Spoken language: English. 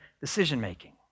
decision-making